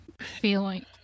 feeling